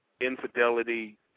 infidelity